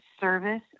service